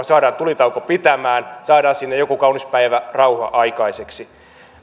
saadaan tulitauko pitämään saadaan sinne joku kaunis päivä rauha aikaiseksi